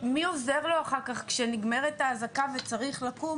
מי עוזר לו אחר כך כשנגמרת האזעקה וצריך לקום